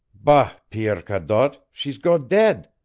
ba pierre cadotte, she's go dead.